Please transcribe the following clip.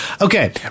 Okay